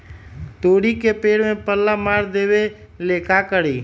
तोड़ी के पेड़ में पल्ला मार देबे ले का करी?